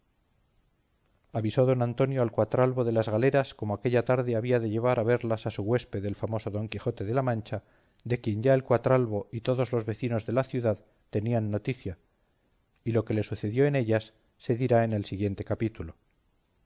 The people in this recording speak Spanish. avisó don antonio al cuatralbo de las galeras como aquella tarde había de llevar a verlas a su huésped el famoso don quijote de la mancha de quien ya el cuatralbo y todos los vecinos de la ciudad tenían noticia y lo que le sucedió en ellas se dirá en el siguiente capítulo